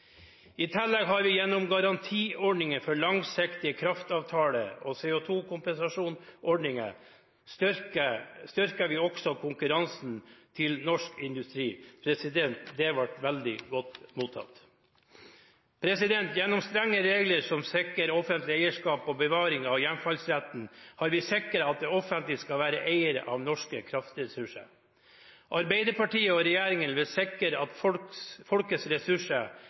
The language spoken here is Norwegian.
I tillegg styrker vi gjennom garantiordningen for langsiktige kraftavtaler og CO2-kompensasjonsordningen også konkurranseevnen til norsk industri. Det ble veldig godt mottatt. Gjennom strenge regler som sikrer offentlig eierskap og bevaring av hjemfallsretten, har vi sikret at det offentlige skal være eier av norske kraftressurser. Arbeiderpartiet og regjeringen vil sikre at folkets ressurser